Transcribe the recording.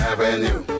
Avenue